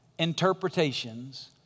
interpretations